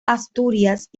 asturias